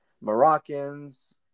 moroccans